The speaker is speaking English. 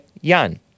Yan